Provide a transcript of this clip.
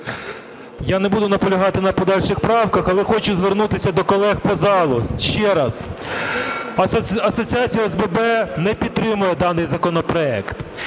Я не буду наполягати на подальших правках, але хочу звернутися до колег по залу ще раз. Асоціація ОСББ не підтримує даний законопроект,